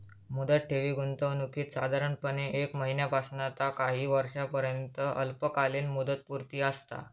मुदत ठेवी गुंतवणुकीत साधारणपणे एक महिन्यापासना ता काही वर्षांपर्यंत अल्पकालीन मुदतपूर्ती असता